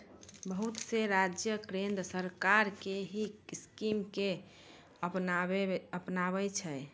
बहुत से राज्य केन्द्र सरकार के ही स्कीम के अपनाबै छै